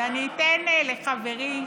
ואני אתן לחברי